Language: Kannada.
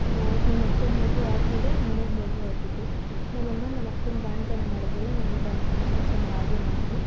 ನ ನಮ್ಮಕ್ಕನ ಮಗು ಆದಮೇಲೆ ನನಗೆ ಮಗು ಆಗಿದ್ದು ನಮ್ಮಮ್ಮ ನಮ್ಮಕ್ಕನ ಬಾಣಂತನ ಮಾಡಿದ್ಮೇಲೆ ನನ್ನ ಬಾಣಂತನನೂ ಸಹ ಹಾಗೆ ಮಾಡಿದ್ರು